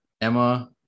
Emma